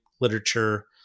literature